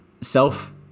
self